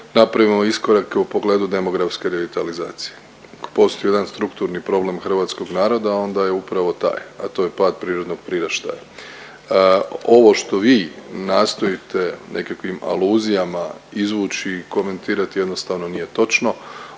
napravimo iskorake u pogledu demografske revitalizacije. Ako postoji jedan strukturni problem hrvatskog naroda onda je upravo taj, a to je pad prirodnog priraštaja. Ovo što vi nastojite nekakvim aluzijama izvući i komentirati jednostavno nije točno.